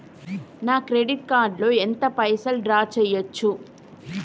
నా credit card లో ఎంత పైసల్ డ్రా చేయచ్చు?